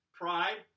pride